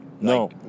No